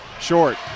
short